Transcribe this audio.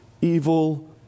evil